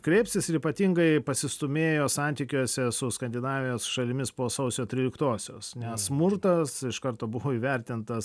kreipsis ir ypatingai pasistūmėjo santykiuose su skandinavijos šalimis po sausio tryliktosios nes smurtas iš karto buvo įvertintas